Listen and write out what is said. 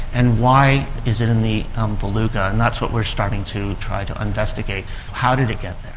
and why is it in the um beluga? and that's what we are starting to try to investigate how did it get there?